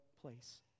place